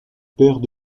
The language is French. pères